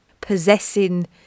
possessing